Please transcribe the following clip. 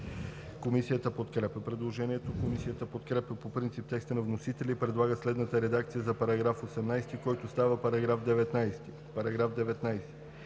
Комисията подкрепя предложението. Комисията подкрепя по принцип текста на вносителя и предлага следната редакция за § 22, който става § 23: „§ 23.